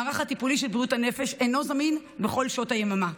המערך הטיפולי של בריאות הנפש אינו זמין בכל שעות היממה,